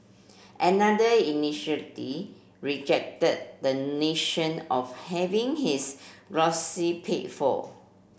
another initially rejected the nation of having his paid for